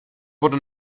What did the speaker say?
wurde